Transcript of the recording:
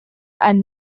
and